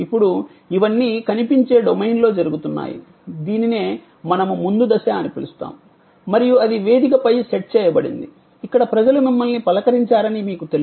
ఇప్పుడు ఇవన్నీ కనిపించే డొమైన్లో జరుగుతున్నాయి దీనినే మనము ముందు దశ అని పిలుస్తాము మరియు అది వేదికపై సెట్ చేయబడింది ఇక్కడ ప్రజలు మిమ్మల్ని పలకరించారని మీకు తెలుసు